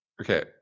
Okay